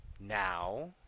Now